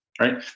Right